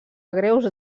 greus